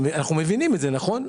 מבינים את זה, נכון?